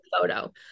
photo